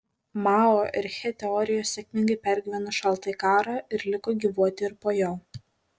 mao ir che teorijos sėkmingai pergyveno šaltąjį karą ir liko gyvuoti ir po jo